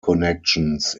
connections